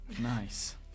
Nice